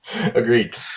Agreed